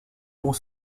pour